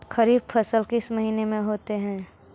खरिफ फसल किस महीने में होते हैं?